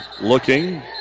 Looking